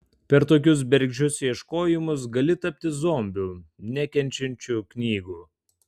per tokius bergždžius ieškojimus gali tapti zombiu nekenčiančiu knygų